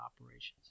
operations